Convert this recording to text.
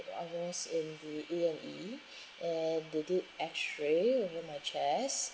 I was in the A and E and they did X ray over my chest